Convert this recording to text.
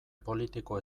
politiko